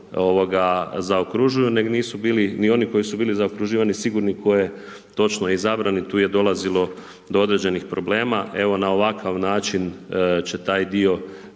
točno zaokružuju, nego nisu bili ni oni koji su bili zaokruživani tko je točno izabran i tu je dolazimo do određenih problema. Evo, na ovakav način će taj dio